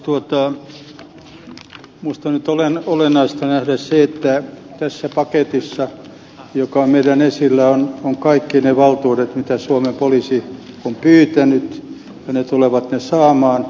minusta on nyt olennaista nähdä se että tässä paketissa joka on meillä esillä ovat kaikki ne valtuudet mitä suomen poliisi on pyytänyt ja se tulee ne saamaan